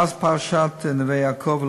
מאז פרשת "נווה יעקב",